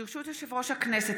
ברשות יושב-ראש הכנסת,